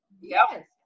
Yes